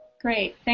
Great